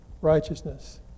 righteousness